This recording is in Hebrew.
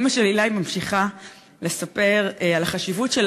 אימא של עילי ממשיכה לספר על החשיבות של